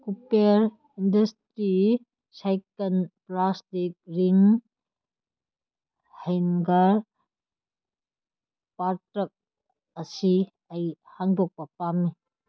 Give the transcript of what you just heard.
copper industry ꯁꯥꯏꯀꯟ plastic ring hanger ꯄꯥꯔꯇꯛ ꯑꯁꯤ ꯑꯩ ꯍꯥꯡꯗꯣꯛꯄ ꯄꯥꯝꯃꯤ